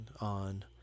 on